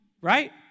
Right